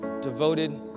devoted